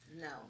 No